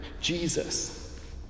Jesus